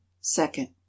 second